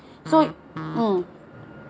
so mm